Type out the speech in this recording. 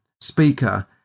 speaker